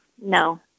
No